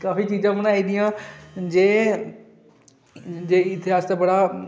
काफी चीजां बनाई दियां जे इत्थूं आस्तै बड़ा